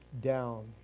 down